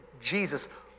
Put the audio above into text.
Jesus